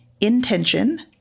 intention